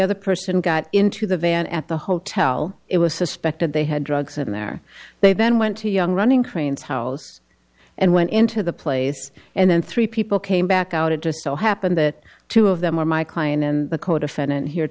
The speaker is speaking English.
other person got into the van at the hotel it was suspected they had drugs in there they then went to young running crane's house and went into the place and then three people came back out it just so happened that two of them were my client and the codefendant here